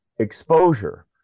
exposure